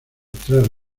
tres